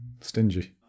stingy